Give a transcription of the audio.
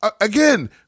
again